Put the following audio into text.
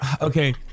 okay